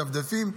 מדפדפים.